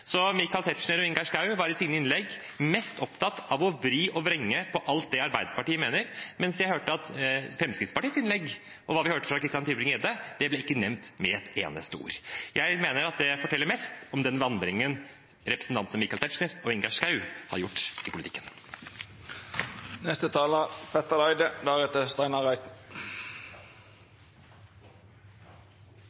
Michael Tetzschner og Ingjerd Schou var i sine innlegg mest opptatt av å vri og vrenge på alt det Arbeiderpartiet mener, mens Fremskrittspartiets innlegg og det vi hørte fra Christian Tybring-Gjedde, ikke ble nevnt med et eneste ord. Jeg mener det forteller mest om den vandringen representantene Michael Tetzschner og Ingjerd Schou har gjort i